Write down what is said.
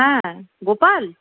হ্যাঁ গোপাল